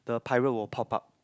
the pirate will pop up